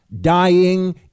Dying